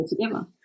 together